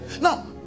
Now